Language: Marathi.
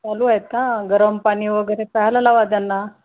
चालू आहेत का गरम पाणी वगैरे प्यायला लावा त्यांना